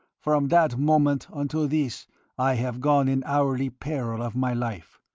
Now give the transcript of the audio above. from that moment until this i have gone in hourly peril of my life.